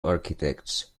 architects